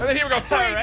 here we go.